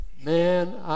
Man